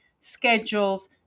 schedules